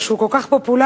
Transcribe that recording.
שהוא כל כך פופולרי,